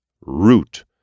Root